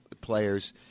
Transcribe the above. players